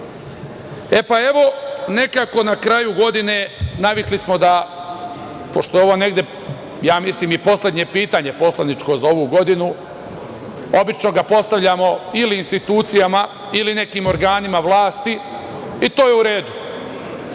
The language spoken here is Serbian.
je plan. Evo, nekako na kraju godine navikli smo da, pošto je ovo negde, ja mislim i poslednje pitanje poslaničko za ovu godinu, obično ga postavljamo ili institucijama ili nekim organima vlasti, to je u redu.